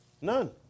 None